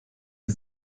die